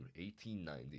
1890